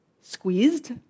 squeezed